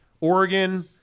Oregon